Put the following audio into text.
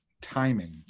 timing